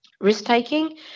risk-taking